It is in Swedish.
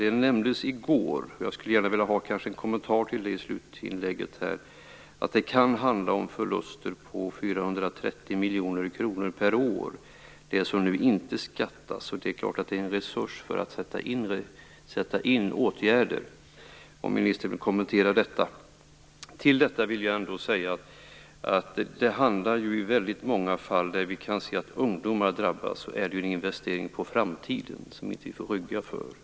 Det nämndes i går - och jag skulle gärna vilja få en kommentar till det i slutinlägget - att det kan handla om förluster på 430 miljoner kronor per år utifrån det som nu inte beskattas. Det är klart att det krävs resurser för att sätta in åtgärder. Jag hoppas att ministern vill kommentera detta. Det handlar ju i väldigt många fall om att ungdomar drabbas, och i dessa fall är ju åtgärderna en investering för framtiden som vi inte får rygga för.